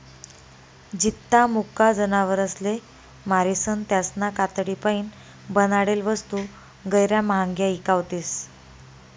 जित्ता मुका जनावरसले मारीसन त्यासना कातडीपाईन बनाडेल वस्तू गैयरा म्हांग्या ईकावतीस